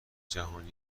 جهانی